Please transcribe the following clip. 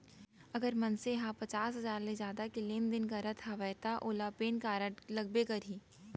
अगर मनसे ह पचार हजार ले जादा के लेन देन करत हवय तव ओला पेन कारड लगबे करही